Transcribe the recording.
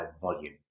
volume